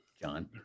John